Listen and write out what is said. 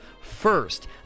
first